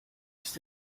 ist